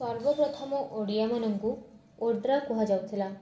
ସର୍ବପ୍ରଥମ ଓଡ଼ିଆମାନଙ୍କୁ ଉଡ୍ର କୁହାଯାଉଥିଲା